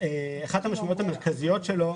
כאשר אחת המשמעויות המרכזיות שלו,